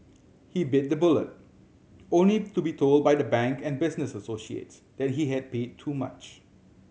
he bit the bullet only to be told by the bank and business associates that he had paid too much